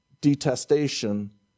detestation